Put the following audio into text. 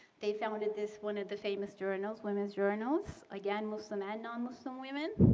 they founded this one of the famous journals, women's journals, again muslim and non-muslim women.